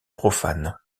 profanes